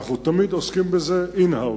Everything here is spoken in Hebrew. ואנחנו תמיד עוסקים בזה in house.